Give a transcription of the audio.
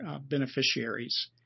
beneficiaries